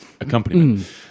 accompaniment